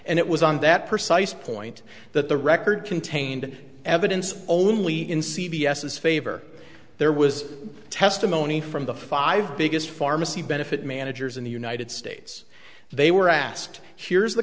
and it was on that precise point that the reg contained evidence only in c b s s favor there was testimony from the five biggest pharmacy benefit managers in the united states they were asked here's the